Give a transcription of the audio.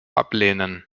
ablehnen